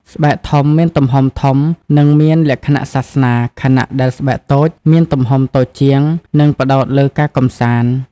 ស្បែកធំមានទំហំធំ និងមានលក្ខណៈសាសនា ខណៈដែលស្បែកតូចមានទំហំតូចជាង និងផ្តោតលើការកម្សាន្ត។